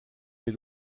les